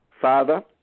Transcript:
Father